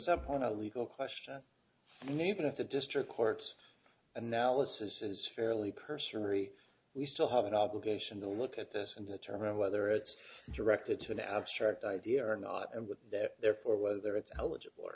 step on a legal question i mean even if the district court analysis is fairly cursory we still have an obligation to look at this and determine whether it's directed to an abstract idea or not and therefore whether it's eligible or